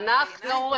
אנחנו,